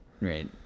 Right